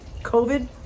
COVID